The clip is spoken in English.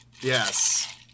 yes